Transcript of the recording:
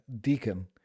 deacon